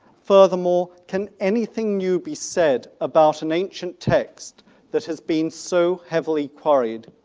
furthermore, can anything new be said about an ancient text that has been so heavily quarried?